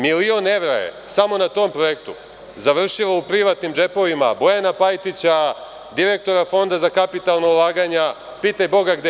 Milion evra je samo na tom projektu završilo u privatnim džepovima Bojana Pajtića, direktora Fonda za kapitalna ulaganja, pitaj Boga gde.